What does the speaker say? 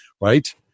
right